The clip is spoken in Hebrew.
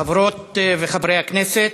חברות וחברי הכנסת,